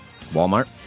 Walmart